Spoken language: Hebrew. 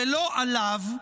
ולא עליו,